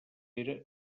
era